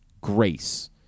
grace